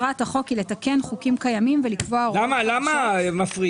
"מטרת החוק היא לתקן חוקים קיימים ולקבוע הוראות נוספות